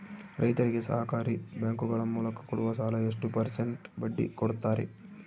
ರೈತರಿಗೆ ಸಹಕಾರಿ ಬ್ಯಾಂಕುಗಳ ಮೂಲಕ ಕೊಡುವ ಸಾಲ ಎಷ್ಟು ಪರ್ಸೆಂಟ್ ಬಡ್ಡಿ ಕೊಡುತ್ತಾರೆ?